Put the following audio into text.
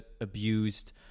abused